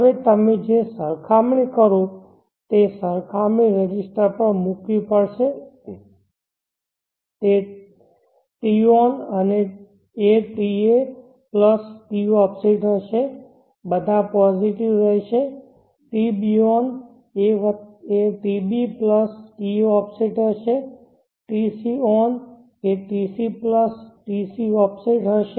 હવે તમે જે સરખામણી કરો તે સરખામણી રજિસ્ટર પર મૂકવી પડશે તે taon એ ta પ્લસ toffset હશે બધા પોઝિટિવ રહેશે tbon એ tb વત્તા toffset હશે અને tcon એ tc પ્લસ tcffset હશે